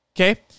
Okay